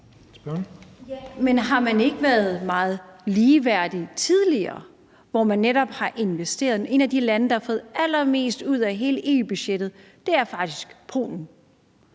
men har man ikke været meget ligeværdig tidligere, hvor man netop har investeret? Et af de lande, der har fået allermest ud af hele EU-budgettet, er faktisk Polen,